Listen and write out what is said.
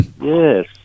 Yes